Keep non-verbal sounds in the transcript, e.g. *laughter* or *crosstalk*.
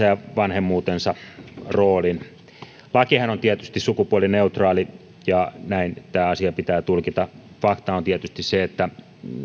*unintelligible* ja vanhemmuuden roolin lakihan on tietysti sukupuolineutraali ja näin tämä asia pitää tulkita fakta on tietysti se että